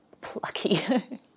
Plucky